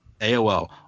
AOL